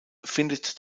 findet